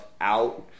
out